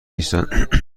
نیستند